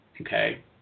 Okay